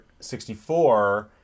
64